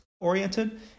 oriented